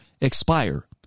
expire